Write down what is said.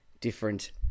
different